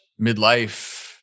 midlife